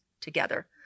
together